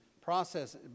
process